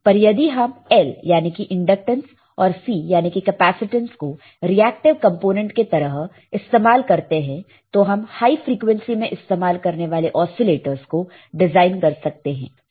पर यदि हम L याने की इंडक्टेंस और C यानी कि केपेसिटेंस को रिएक्टिव कंपोनेंट के तरह इस्तेमाल करते हैं तो हम हाई फ्रिकवेंसी में इस्तेमाल करने वाले ओसीलेटरस को डिजाइन कर सकते हैं